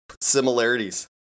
Similarities